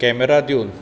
camera दिवन